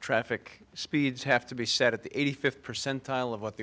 traffic speeds have to be set at the eighty fifth percentile of what the